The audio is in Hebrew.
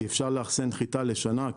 כי אפשר לאחסן חיטה לשנה,